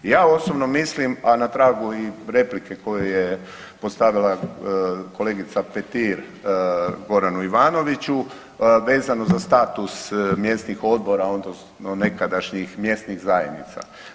Ja osobno mislim, a na tragu i replike koju je postavila kolegica Petir Goranu Ivanoviću vezano za status mjesnih odbora, odnosno nekadašnjih mjesnih zajednica.